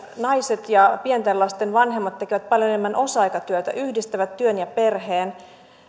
naiset ja pienten lasten vanhemmat tekevät paljon enemmän osa aikatyötä yhdistävät työn ja perheen